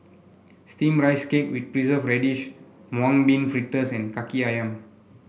steamed Rice Cake with Preserved Radish Mung Bean Fritters and kaki ayam